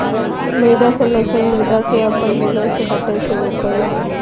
मृदा संरक्षण मृदा के अपन जगह से हठय से रोकय हइ